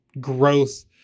growth